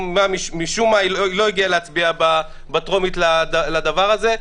ומשום מה היא לא הגיעה להצביע בטרומית על הדבר הזה.